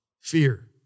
fear